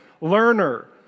Learner